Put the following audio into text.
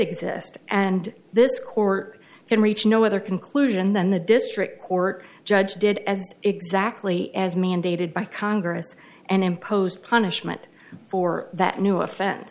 exist and this court can reach no other conclusion than the district court judge did as exactly as mandated by congress and imposed punishment for that new offense